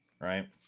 right